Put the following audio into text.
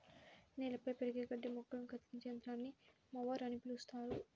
నేలపై పెరిగే గడ్డి మొక్కలను కత్తిరించే యంత్రాన్ని మొవర్ అని పిలుస్తారు